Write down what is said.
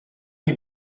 you